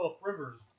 Rivers